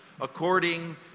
according